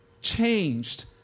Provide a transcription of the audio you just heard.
changed